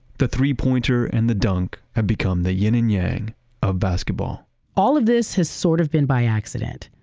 the three-pointer and the dunk have become the yin and yang of basketball all of this has sort of been by accident,